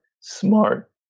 smart